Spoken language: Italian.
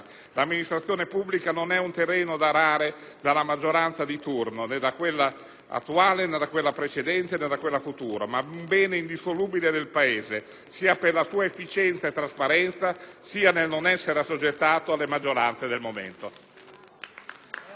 l'amministrazione pubblica non è un terreno da arare dalla maggioranza di turno, né da quella attuale, né da quella precedente o da quella futura, ma un bene indissolubile del Paese, sia per la sua efficienza e trasparenza, sia nel non essere assoggettato alle maggioranze del momento.